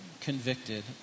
convicted